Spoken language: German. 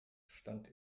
stand